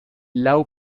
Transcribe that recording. law